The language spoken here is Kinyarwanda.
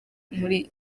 muri